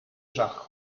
zag